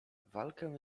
walkę